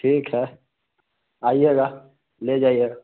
ठीक है आइएगा ले जाइए